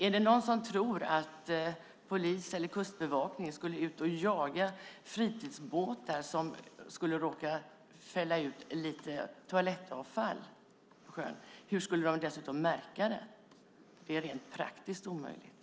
Är det någon som tror att polis eller kustbevakning skulle ut och jaga fritidsbåtar som skulle råka hälla ut lite toalettavfall i sjön? Hur skulle de dessutom märka det? Det är rent praktiskt omöjligt.